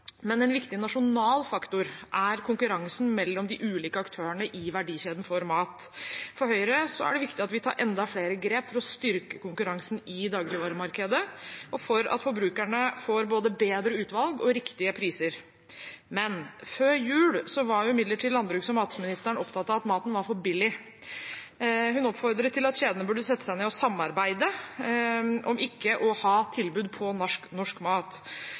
men en viktig nasjonal faktor er konkurransen mellom de ulike aktørene i verdikjeden for mat. For Høyre er det viktig at vi tar enda flere grep for å styrke konkurransen i dagligvaremarkedet og for at forbrukerne får både bedre utvalg og riktige priser. Før jul var imidlertid landbruks- og matministeren opptatt av at maten var for billig. Hun oppfordret til at kjedene burde sette seg ned og samarbeide om ikke å ha tilbud på norsk mat.